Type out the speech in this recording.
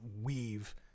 weave